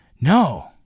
No